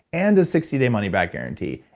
and a sixty day money-back guarantee,